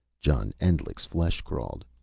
john endlich's flesh crawled.